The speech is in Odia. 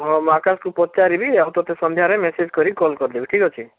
ହଁ ମୁଁ ଆକାଶକୁ ପଚାରିବି ଆଉ ତୋତେ ସନ୍ଧ୍ୟାରେ ମେସେଜ କରି କଲ୍ କରିଦେବି ଠିକ୍ ଅଛି